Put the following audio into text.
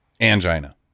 Angina